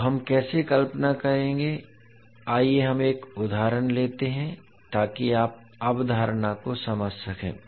तो हम कैसे कल्पना करेंगे आइए हम एक उदाहरण लेते हैं ताकि आप अवधारणा को समझ सकें